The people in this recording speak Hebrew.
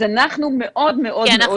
אז אנחנו מאוד מאוד מאוד נשמור על זה.